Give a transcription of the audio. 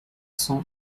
sens